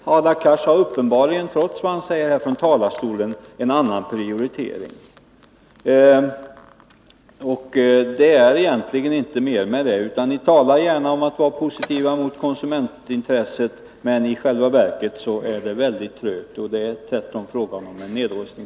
Hadar Cars har uppenbarligen, trots det som han säger här från talarstolen, en annan prioritering. Det är egentligen inte mer med det. Ni talar gärna om att vara positiv mot konsumentintresset, men i själva verket går det hela väldigt trögt, och det är tvärtom fråga om en nedrustning.